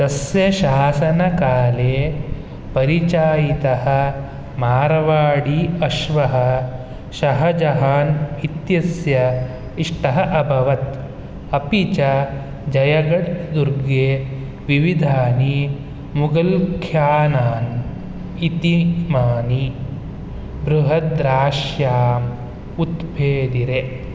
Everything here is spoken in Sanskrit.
तस्य शासनकाले परिचायितः मारवाड़ी अश्वः शाजाहान् इत्यस्य इष्टः अभवत् अपि च जयगढ् दुर्गे विविधानि मुगुल्ख्यानान् इति मानि बृहद्राश्याम् उत्पेदिरे